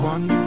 One